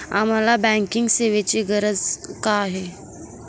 आम्हाला बँकिंग सेवेची गरज का आहे?